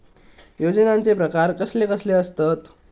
योजनांचे प्रकार कसले कसले असतत?